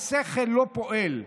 השכל לא פועל.